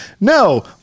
No